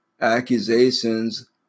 accusations